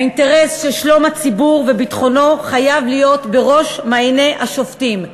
האינטרס של שלום הציבור וביטחונו חייב להיות בראש מעייני השופטים.